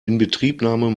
inbetriebnahme